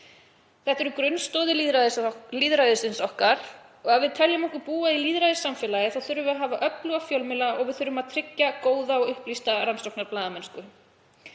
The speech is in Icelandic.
Þetta eru grunnstoðir lýðræðisins okkar og ef við teljum okkur búa í lýðræðissamfélagi þurfum við að hafa öfluga fjölmiðla og við þurfum að tryggja góða og upplýsta rannsóknarblaðamennsku.